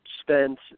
spent